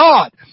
God